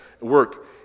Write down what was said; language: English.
work